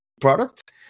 product